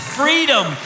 freedom